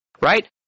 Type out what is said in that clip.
right